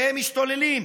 והם משתוללים,